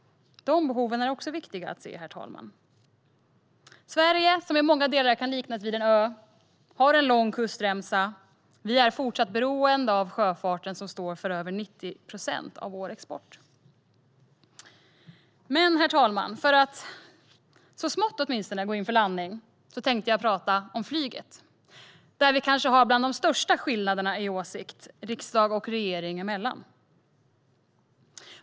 De behoven är också viktiga att se, herr talman. Sverige, som i många delar kan liknas vid en ö, har en lång kustremsa och är fortsatt beroende av sjöfarten, som står för över 90 procent av vår export. Herr talman! För att åtminstone så smått gå in för landning tänkte jag tala om flyget, där åsiktsskillnaderna mellan riksdag och regering kanske är störst.